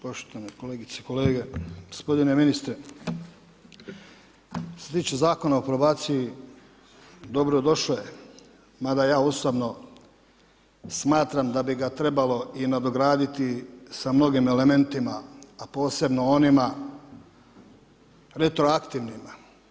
Poštovane kolegice i kolege, gospodine Ministre što se tiče Zakona o probaciji dobrodošao je, mada je osobno smatram da bi ga trebalo nadograditi sa mnogim elementima a posebno onima retroaktivnima.